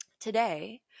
Today